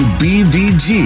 bvg